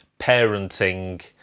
parenting